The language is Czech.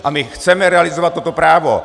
A my chceme realizovat toto právo!